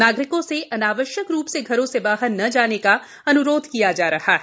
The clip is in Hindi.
नागरिकों से अनावश्यक रूप से घरों से बाहर न जाने का अन्रोध किया जा रहा है